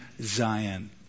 Zion